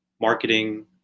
marketing